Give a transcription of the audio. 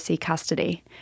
custody